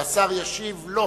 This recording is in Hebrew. והשר ישיב לו,